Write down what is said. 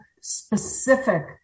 specific